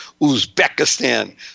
Uzbekistan